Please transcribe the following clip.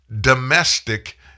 domestic